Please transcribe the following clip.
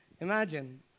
Imagine